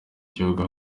gihugu